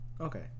Okay